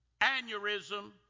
aneurysm